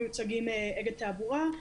מיוצגים אגד תעבורה,